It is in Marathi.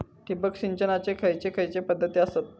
ठिबक सिंचनाचे खैयचे खैयचे पध्दती आसत?